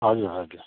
हजुर हजुर